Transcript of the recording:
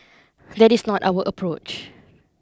that is not our approach